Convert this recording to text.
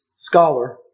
scholar